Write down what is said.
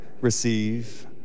receive